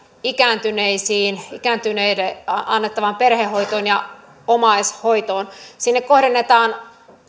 ikääntyneisiin ikääntyneille annettavaan perhehoitoon ja omaishoitoon sinne kohdennetaan